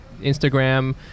Instagram